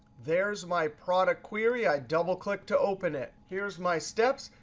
there's my product query. i double click to open it. here's my steps.